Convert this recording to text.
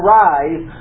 rise